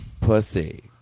Pussy